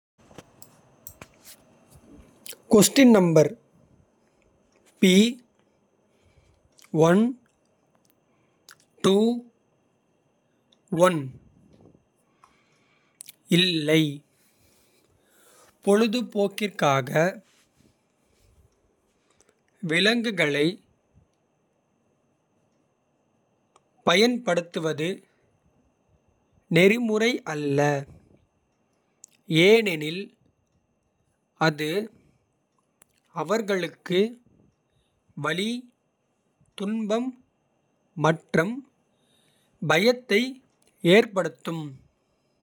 இல்லை பொழுதுபோக்கிற்காக விலங்குகளைப். பயன்படுத்துவது நெறிமுறை அல்ல ஏனெனில். அது அவர்களுக்கு வலி துன்பம் மற்றும் பயத்தை ஏற்படுத்தும்.